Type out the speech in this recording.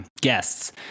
guests